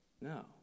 No